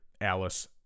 Alice